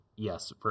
yes